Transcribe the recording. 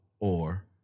or-